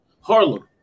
Harlem